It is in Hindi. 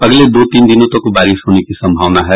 अगले दो तीन दिनों तक बारिश होने की संभावना है